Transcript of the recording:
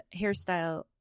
hairstyle